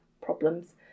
problems